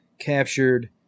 captured